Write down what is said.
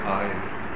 eyes